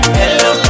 hello